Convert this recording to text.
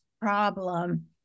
problem